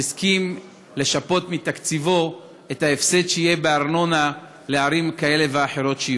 שהסכים לשפות מתקציבו את ההפסד שיהיה בארנונה לערים כאלה ואחרות.